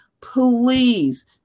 Please